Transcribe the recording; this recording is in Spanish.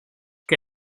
que